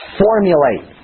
formulate